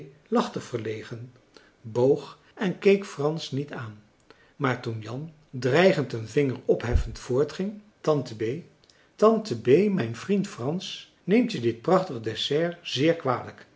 lachte verlegen boog en keek frans niet aan maar toen jan dreigend een vinger opheffend voortging tante bee tante bee mijn vriend frans neemt je dit prachtig dessert zeer kwalijk